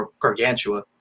Gargantua